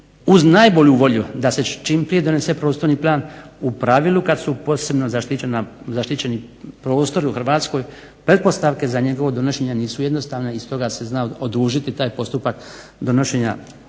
uz najbolju volju da se čim prije donese prostorni plan u pravilu kad su posebno zaštićeni prostori u Hrvatskoj pretpostavke za njegovo donošenje nisu jednostavni i stoga se zna odužiti taj postupak donošenja